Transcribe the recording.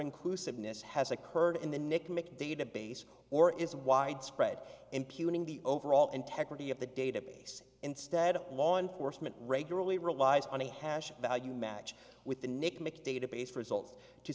inclusiveness has occurred in the nicknack database or is widespread impugning the overall integrity of the database instead of law enforcement regularly relies on a hash value match with the nicknack database result to